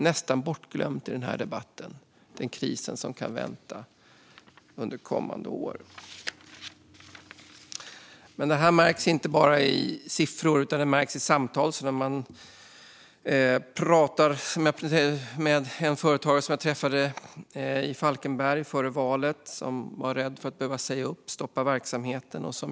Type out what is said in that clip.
Den kris som kan vänta under kommande år är nästan bortglömd i debatten. Det här märks inte bara i siffror. Det märks också i samtal. Före valet träffade jag en företagare i Falkenberg som var rädd för att behöva säga upp och stoppa verksamheten.